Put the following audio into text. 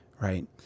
right